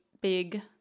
big